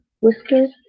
whiskers